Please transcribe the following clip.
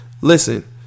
Listen